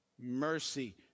mercy